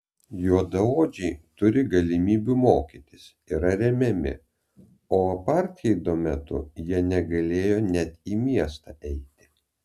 juodaodžiai turi galimybių mokytis yra remiami o apartheido metu jie negalėjo net į miestą eiti